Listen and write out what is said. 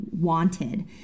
wanted